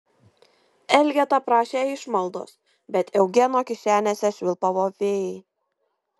elgeta prašė išmaldos bet eugeno kišenėse švilpavo vėjai